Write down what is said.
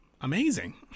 amazing